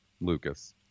Lucas